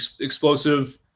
explosive